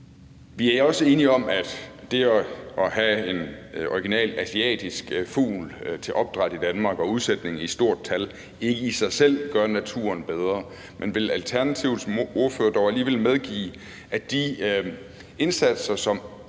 Vi er også enige om, at det at have en originalt asiatisk fugl til opdræt i Danmark og udsætning i et stort antal ikke i sig selv gør naturen bedre, men vil Alternativets ordfører dog alligevel medgive, at de indsatser, som